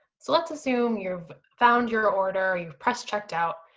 so let's assume you've found your order, you've pressed checked out,